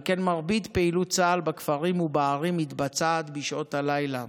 על כן מרבית פעילות צה"ל בכפרים ובערים מתבצעת בשעות הלילה,